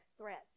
Threats